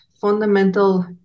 fundamental